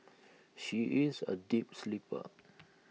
she is A deep sleeper